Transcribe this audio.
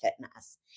fitness